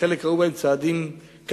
שחלק ראו בהם צעדים קשים,